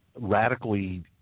radically